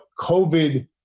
COVID